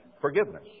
forgiveness